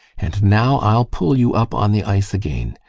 and now i'll pull you up on the ice again.